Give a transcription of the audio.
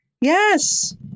Yes